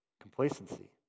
complacency